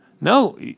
No